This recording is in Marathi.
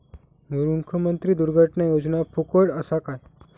मुख्यमंत्री दुर्घटना योजना फुकट असा काय?